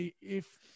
if-